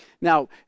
Now